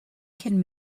cyn